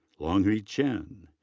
longhui chen.